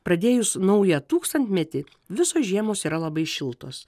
pradėjus naują tūkstantmetį visos žiemos yra labai šiltos